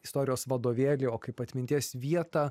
istorijos vadovėlį o kaip atminties vietą